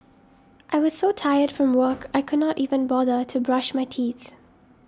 I was so tired from work I could not even bother to brush my teeth